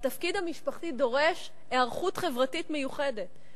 והתפקיד המשפחתי דורש היערכות חברתית מיוחדת.